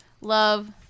Love